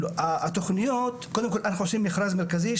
אנחנו עושים מכרז מרכזי.